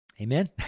Amen